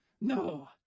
No